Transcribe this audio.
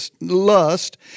lust